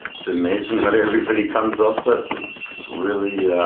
it's amazing what everybody comes up with it's really